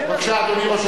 מה הבעיה?